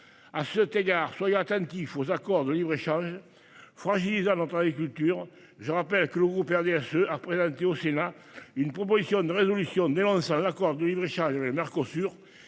à ce égard. Soyons attentifs aux accords de libre-échange. Fragilisant notre agriculture. Je rappelle que le groupe RDSE à présenter au Sénat une proposition de résolution dénonçant l'accord de libre échange avait Marco sur